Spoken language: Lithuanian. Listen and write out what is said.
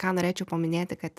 ką norėčiau paminėti kad